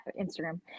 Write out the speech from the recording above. Instagram